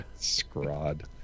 Scrod